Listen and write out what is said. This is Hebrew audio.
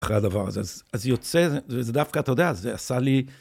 אחרי הדבר הזה, אז יוצא, וזה דווקא, אתה יודע, זה עשה לי...